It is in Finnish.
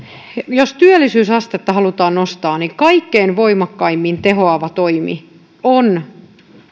jos työllisyysastetta halutaan nostaa niin kaikkein voimakkaimmin tehoava toimi on